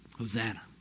Hosanna